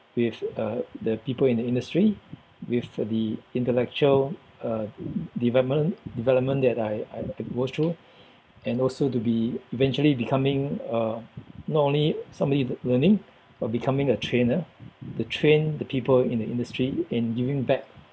with uh the people in the industry with the intellectual uh development development that I I I go through and also to be eventually becoming a not only somebody learning but becoming a trainer to train the people in the industry and giving back